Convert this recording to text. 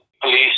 Police